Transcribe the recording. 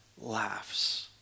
laughs